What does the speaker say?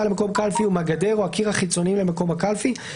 למקום קלפי ומהגדר או הקיר החיצוניים למקום הקלפי,